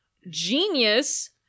genius